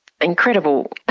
incredible